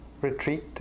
retreat